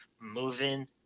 moving